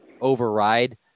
override